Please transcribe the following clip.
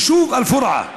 היישוב אל-פורעה